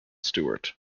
stuart